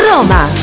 Roma